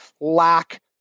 lack